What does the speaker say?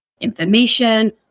information